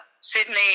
Sydney